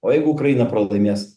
o jeigu ukraina pralaimės